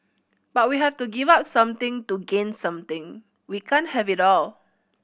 but we have to give up something to gain something we can't have it all